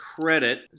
credit